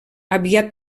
aviat